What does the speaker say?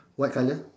white colour